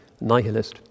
nihilist